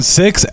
six